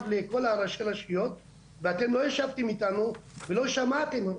לכל הראשי רשויות ואתם לא ישבתם איתנו ולא שמעתם אותנו.